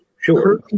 sure